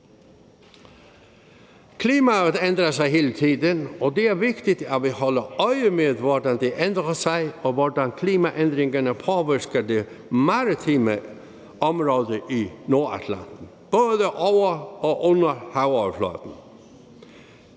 Klimaet ændrer sig hele tiden, og det er vigtigt, at vi holder øje med, hvordan det ændrer sig, og hvordan klimaændringerne påvirker det maritime område i Nordatlanten, både over og under havoverfladen.